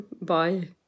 Bye